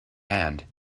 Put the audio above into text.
hand